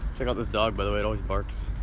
check out this dog, by the way, it always barks.